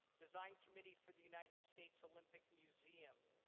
design committee for the united states olympic museum,